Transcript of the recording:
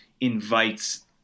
invites